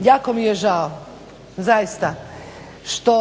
jako mi je žao, zaista što